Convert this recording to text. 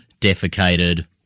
defecated